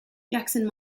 jackson